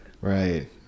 right